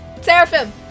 Seraphim